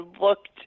looked